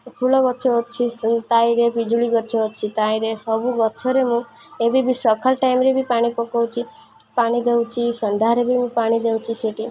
ଫୁଲ ଗଛ ଅଛି ସେଇ ତାଇଁରେ ପିଜୁଳି ଗଛ ଅଛି ତାଇଁରେ ସବୁ ଗଛରେ ମୁଁ ଏବେ ବି ସକାଳ ଟାଇମରେ ବି ପାଣି ପକଉଛି ପାଣି ଦେଉଛି ସନ୍ଧ୍ୟାରେ ବି ମୁଁ ପାଣି ଦେଉଛି ସେଠି